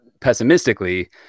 pessimistically